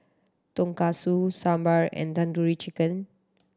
Tonkatsu Sambar and Tandoori Chicken